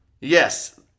Yes